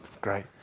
Great